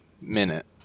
minute